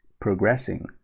progressing